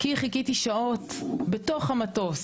כי חיכיתי שעות בתוך המטוס,